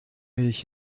milch